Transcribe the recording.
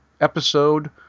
episode